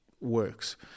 works